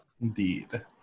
Indeed